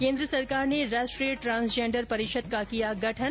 केन्द्र सरकार ने राष्ट्रीय ट्रांसजेंडर परिषद का किया गठन